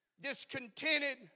discontented